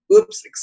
Oops